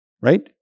right